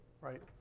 right